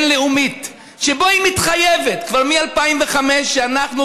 לאומית שבה היא מתחייבת כבר מ-2005 שאנחנו,